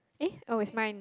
eh oh is mine